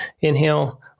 inhale